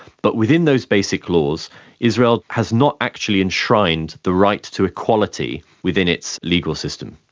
but within those basic laws israel has not actually enshrined the right to equality within its legal system.